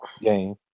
game